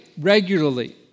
regularly